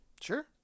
Sure